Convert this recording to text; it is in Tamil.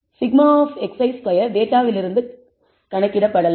σ ஆப் xi2 டேட்டாவிலிருந்து கணக்கிடப்படலாம்